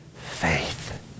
Faith